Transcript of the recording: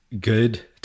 good